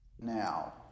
Now